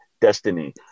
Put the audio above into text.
destiny